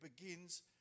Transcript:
begins